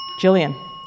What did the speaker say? Jillian